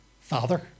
Father